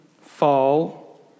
fall